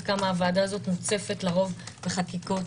כמה הוועדה הזאת מוצפת לרוב בחקיקות,